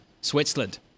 Switzerland